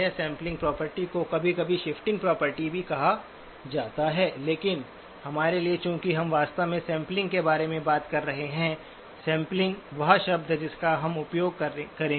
sampling property को कभी कभी शिफ्टिंग प्रॉपर्टी भी कहा जाता है लेकिन हमारे लिए चूंकि हम वास्तव में सैंपलिंग के बारे में बात कर रहे हैं सैंपलिंग वह शब्द है जिसका हम उपयोग करेंगे